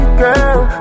girl